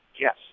Yes